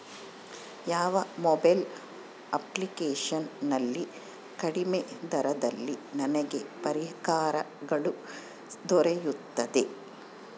ಯಾವ mobile application ನಲ್ಲಿ ಕಡಿಮೆ ದರದಲ್ಲಿ ನನಗೆ ಪರಿಕರಗಳು ದೊರೆಯುತ್ತವೆ?